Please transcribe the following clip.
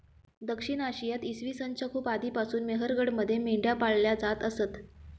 दक्षिण आशियात इसवी सन च्या खूप आधीपासून मेहरगडमध्ये मेंढ्या पाळल्या जात असत